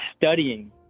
studying